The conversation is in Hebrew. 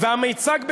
והמיצג בשנקר.